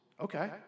okay